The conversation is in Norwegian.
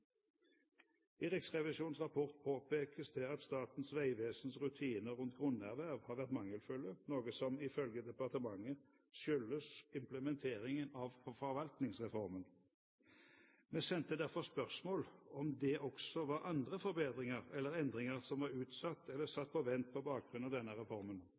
I Riksrevisjonens rapport påpekes det at Statens vegvesens rutiner rundt grunnerverv har vært mangelfulle, noe som ifølge departementet skyldes implementeringen av forvaltningsreformen. Vi sendte derfor spørsmål om det også var andre forbedringer eller endringer som var utsatt eller satt på vent på bakgrunn av denne reformen.